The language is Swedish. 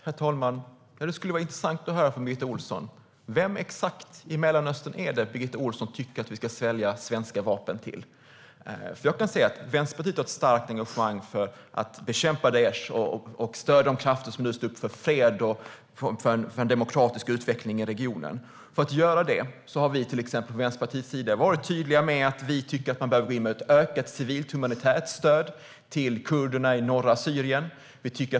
Herr talman! Det skulle vara intressant att höra från Birgitta Ohlsson exakt vem i Mellanöstern som hon tycker att vi ska sälja svenska vapen till. Vänsterpartiet har ett starkt engagemang för att bekämpa Daish och stödja de krafter som nu står upp för fred och demokratisk utveckling i regionen. För att göra det har vi i Vänsterpartiet till exempel varit tydliga med att vi tycker att man bör gå in med ett ökat civilhumanitärt stöd till kurderna i norra Syrien.